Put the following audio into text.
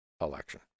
election